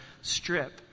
Strip